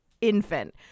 infant